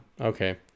okay